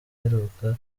iheruka